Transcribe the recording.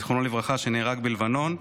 זכרונו לברכה, שנהרג בלבנון,